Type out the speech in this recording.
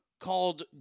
Called